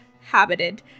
Habited